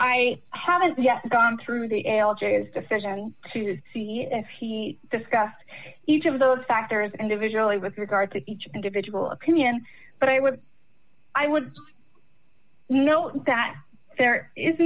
i haven't yet gone through the l g s decision to see if he discussed each of those factors individually with regard to each individual opinion but i would i would know that there is